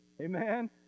Amen